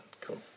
cool